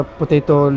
potato